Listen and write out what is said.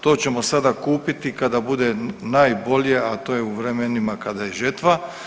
To ćemo sada kupiti kada bude najbolje, a to je u vremenima kada je žetva.